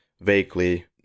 vaguely